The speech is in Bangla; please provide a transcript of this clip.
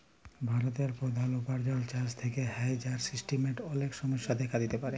ভারতের প্রধাল উপার্জন চাষ থেক্যে হ্যয়, যার সিস্টেমের অলেক সমস্যা দেখা দিতে পারে